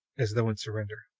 as though in surrender.